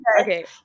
Okay